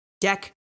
deck